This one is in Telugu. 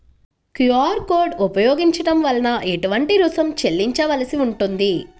క్యూ.అర్ కోడ్ ఉపయోగించటం వలన ఏటువంటి రుసుం చెల్లించవలసి ఉంటుంది?